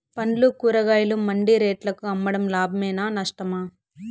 పండ్లు కూరగాయలు మండి రేట్లకు అమ్మడం లాభమేనా నష్టమా?